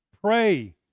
pray